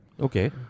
Okay